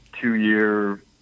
two-year